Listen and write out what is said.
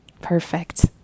Perfect